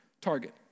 target